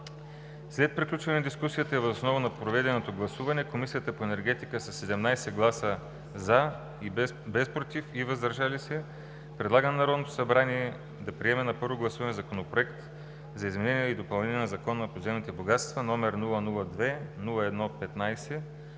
След приключване на дискусията и въз основа на проведеното гласуване Комисията по енергетика със 17 гласа „за“, без „против“ и „въздържал се“ предлага на Народното събрание да приеме на първо гласуване Законопроект за изменение и допълнение на Закона за подземните богатства, № 002-01-15,